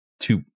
two